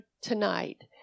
tonight